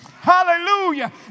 hallelujah